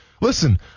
Listen